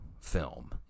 film